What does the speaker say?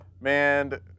man